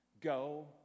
Go